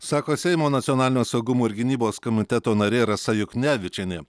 sako seimo nacionalinio saugumo ir gynybos komiteto narė rasa juknevičienė